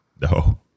No